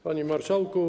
Panie Marszałku!